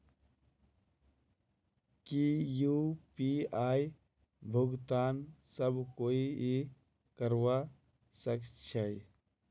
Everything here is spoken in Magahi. की यु.पी.आई भुगतान सब कोई ई करवा सकछै?